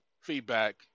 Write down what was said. feedback